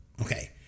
okay